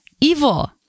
Evil